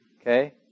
okay